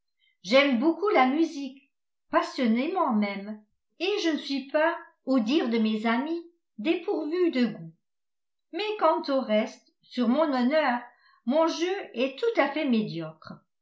j'aime beaucoup la musique passionnément même et je ne suis pas au dire de mes amis dépourvue de goût mais quant au reste sur mon honneur mon jeu est tout à fait médiocre